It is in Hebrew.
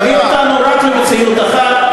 תביא אותנו רק למציאות אחת,